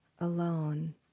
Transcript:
alone